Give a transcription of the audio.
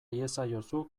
iezaiozu